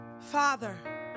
Father